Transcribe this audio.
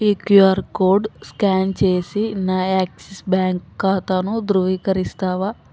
ఈ QR code scan చేసి నా యాక్సిస్ బ్యాంక్ ఖాతాను ధృవీకరిస్తావా